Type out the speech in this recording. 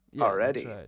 already